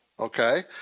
Okay